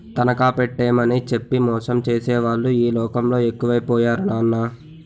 తనఖా పెట్టేమని చెప్పి మోసం చేసేవాళ్ళే ఈ లోకంలో ఎక్కువై పోయారు నాన్నా